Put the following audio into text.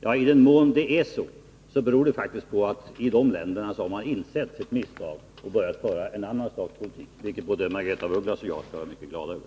Ja, i den mån det är så, beror det faktiskt på att man i de länderna har insett sitt misstag och börjat föra ett annat slags politik, vilket både Margaretha af Ugglas och jag skall vara mycket glada över.